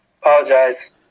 Apologize